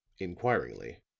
inquiringly,